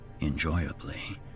enjoyably